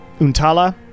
Untala